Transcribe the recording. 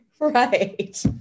right